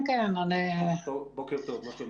בוקר טוב.